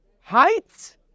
heights